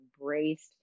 embraced